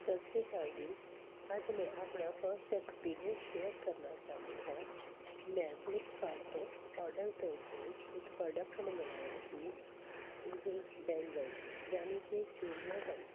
ਸਤਿ ਸ਼੍ਰੀ ਅਕਾਲ ਜੀ ਅੱਜ ਮੈਂ ਆਪਣਾ ਫਰਸਟ ਐਕਸਪੀਰੀਅੰਸ ਸ਼ੇਅਰ ਕਰਨਾ ਚਾਹੁੰਦੀ ਹਾਂ ਮੈਂ ਫਲਿੱਪਕਾਰਡ ਤੋਂ ਔਡਰ ਕਰਕੇ ਇੱਕ ਪ੍ਰੋਡਕਟ ਮੰਗਵਾਇਆ ਸੀ ਇਹ ਬੈਂਗਲ ਯਾਨੀ ਕਿ ਚੂੜੀਆਂ ਹਨ